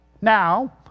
Now